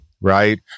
right